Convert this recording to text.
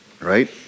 Right